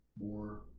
more